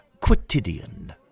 quotidian